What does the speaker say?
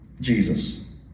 Jesus